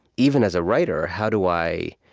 even as a writer, how do i